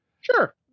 sure